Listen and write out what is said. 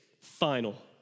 final